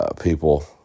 people